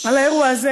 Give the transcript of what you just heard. על האירוע הזה